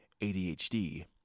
adhd